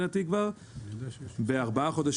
ועשינו את זה בארבעה חודשים.